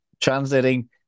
translating